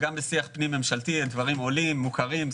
גם בשיח פנים-ממשלתי הדברים עולים ומוכרים.